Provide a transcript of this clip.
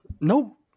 Nope